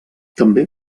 també